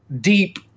deep